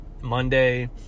Monday